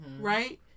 right